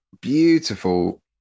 beautiful